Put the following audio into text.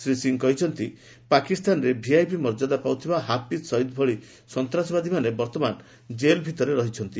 ଶ୍ରୀ ସିଂହ କହିଛନ୍ତି ପାକିସ୍ତାନରେ ଭିଆଇପି ମର୍ଯ୍ୟାଦା ପାଉଥିବା ହଫିକ୍ ସୟିଦ୍ ଭଳି ସନ୍ତାସବାଦୀମାନେ ବର୍ତ୍ତମାନ କେଲ୍ଭିତରେ ରହିଛନ୍ତି